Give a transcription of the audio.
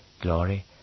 glory